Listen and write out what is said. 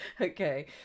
Okay